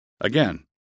Again